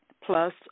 plus